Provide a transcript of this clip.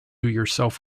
yourself